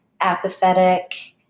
apathetic